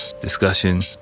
discussion